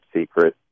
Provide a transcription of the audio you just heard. secret